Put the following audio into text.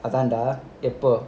அதான்:athaan dah எப்போ:eppo